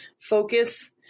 focus